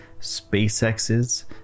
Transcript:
SpaceX's